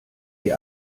die